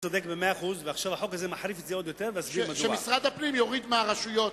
יכולים לעקל את הרכוש הפרטי שלו,